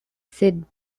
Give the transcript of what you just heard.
sid